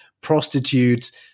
prostitutes